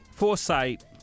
Foresight